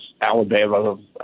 Alabama